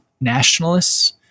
nationalists